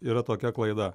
yra tokia klaida